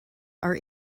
are